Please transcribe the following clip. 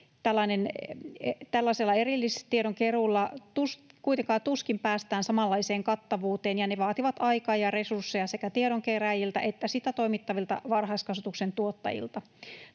Tällaisella erillistiedonkeruulla kuitenkaan tuskin päästään samanlaiseen kattavuuteen, ja ne vaativat aikaa ja resursseja sekä tiedon kerääjiltä että sitä toimittavilta varhaiskasvatuksen tuottajilta.